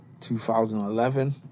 2011